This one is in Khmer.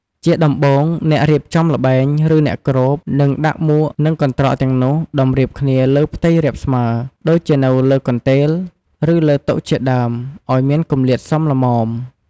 ជាដំបូង អ្នករៀបចំល្បែង ឬអ្នកគ្រប នឹងដាក់មួកនិងកន្ត្រកទាំងនោះតម្រៀបគ្នាលើផ្ទៃរាបស្មើ ដូចជានៅលើកន្ទេល ឬលើតុជាដើម ដោយមានគម្លាតសមល្មម។